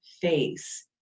face